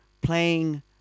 playing